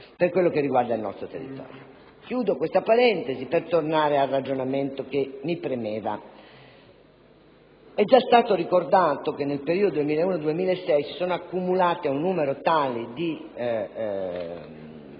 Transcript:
disattenzioni per il nostro territorio. Chiudo questa parentesi per tornare al ragionamento che mi premeva. É già stato ricordato che nel periodo 2001-2006 si è accumulato un numero tale di